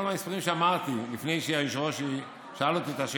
כל המספרים שאמרתי לפני שהיושב-ראש שאל אותי את